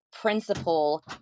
principle